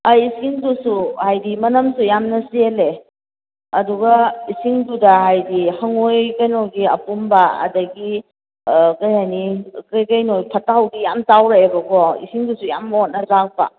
ꯏꯁꯤꯡꯗꯨꯁꯨ ꯍꯥꯏꯗꯤ ꯃꯅꯝꯁꯨ ꯌꯥꯝꯅ ꯆꯦꯜꯂꯦ ꯑꯗꯨꯒ ꯏꯁꯤꯡꯗꯨꯗ ꯍꯥꯏꯗꯤ ꯍꯉꯣꯏ ꯀꯩꯅꯣꯒꯤ ꯑꯄꯨꯝꯕ ꯑꯗꯒꯤ ꯀꯩꯅꯣꯅꯤ ꯀꯔꯤ ꯀꯔꯤꯅꯣ ꯐꯠꯇ ꯍꯥꯎꯗꯤ ꯌꯥꯝꯅ ꯇꯥꯎꯔꯛꯑꯦꯕꯀꯣ ꯏꯁꯤꯡꯗꯨꯁꯨ ꯌꯥꯝ ꯃꯣꯠꯅ ꯂꯥꯛꯄ